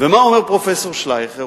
מה אומר פרופסור שלייכר?